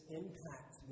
impact